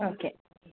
okay